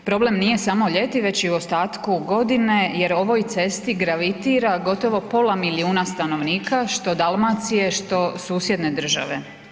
Problem nije samo ljeti već i u ostatku godine jer ovoj cesti gravitira gotovo pola milijuna stanovnika, što Dalmacije, što susjedne države.